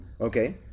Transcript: Okay